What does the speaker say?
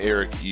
Eric